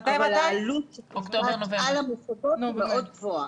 אבל העלות על המוסדות היא מאוד גבוהה.